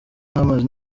nk’amazi